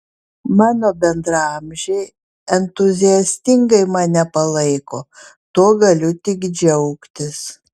mano bendraamžiai entuziastingai mane palaiko tuo galiu tik džiaugtis